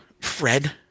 Fred